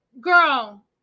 Girl